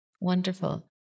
Wonderful